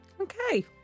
Okay